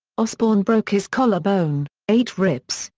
osbourne broke his collar bone, eight ribs,